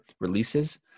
releases